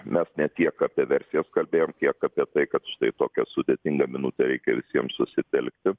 mes ne tiek apie versijas kalbėjom kiek apie tai kad štai tokią sudėtingą minutę reikia visiems susitelkti